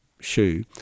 Shoe